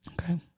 Okay